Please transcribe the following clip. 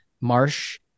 marsh